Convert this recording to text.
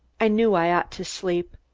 i knew i ought to sleep,